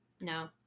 No